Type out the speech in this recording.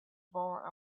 bar